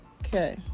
Okay